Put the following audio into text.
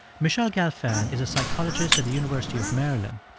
michele gelfand is a psychologist at the university of maryland.